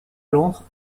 londres